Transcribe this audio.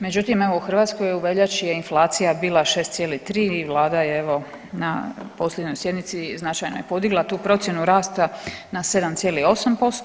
Međutim, evo u Hrvatskoj u veljači je inflacija bila 6,3 i vlada je evo na posljednjoj sjednici značajno je podigla tu procjenu rasta na 7,8%